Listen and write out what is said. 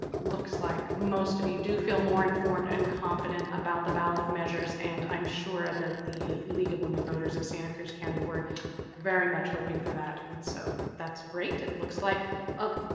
looks like most of you do feel more informed and confident about the ballot measures and i'm sure that the league of women voters of santa cruz county, we're very much hoping for that. and so that's great. it looks like a